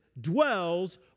dwells